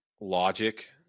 logic